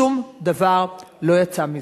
שום דבר לא יצא מזה.